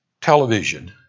television